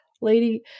lady